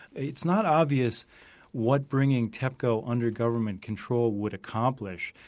it's not obvious what bringing tepco under government control would accomplish.